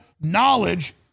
knowledge